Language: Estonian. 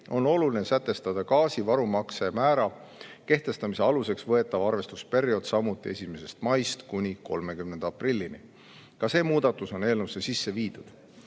on oluline sätestada gaasivarumakse määra kehtestamise aluseks võetav arvestusperiood samuti 1. maist kuni 30. aprillini. Ka see muudatus on eelnõusse sisse viidud.